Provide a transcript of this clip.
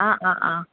অঁ অঁ অঁ